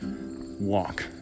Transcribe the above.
walk